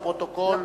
לפרוטוקול.